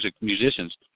musicians